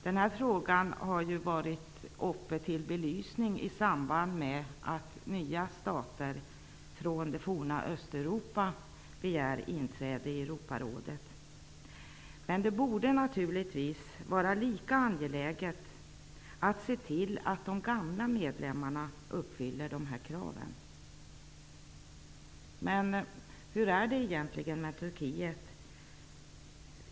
Den här frågan har varit uppe till belysning i samband med att nya stater från det forna Östeuropa begärt inträde i Europarådet. Men det borde naturligtvis vara lika angeläget att se till att de gamla medlemmarna uppfyller de här kraven. Hur är det egentligen med Turkiet?